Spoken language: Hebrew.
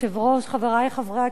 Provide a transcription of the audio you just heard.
חברי חברי הכנסת,